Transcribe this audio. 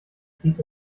zieht